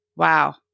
wow